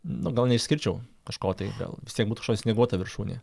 nu gal neišskirčiau kažko tai gal vistiek būtų snieguota viršūnė